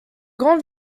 grand